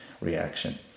reaction